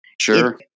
Sure